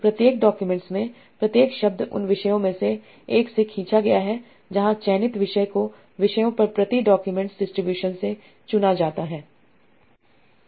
प्रत्येक डॉक्यूमेंट्स में प्रत्येक शब्द उन विषयों में से एक से खींचा गया है जहाँ चयनित विषय को विषयों पर प्रति डॉक्यूमेंट्स डिस्ट्रीब्यूशन से चुना जाता है